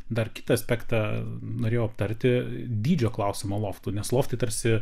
dar kitą aspektą norėjau aptarti dydžio klausimą loftų nes loftai tarsi